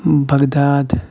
Baghdad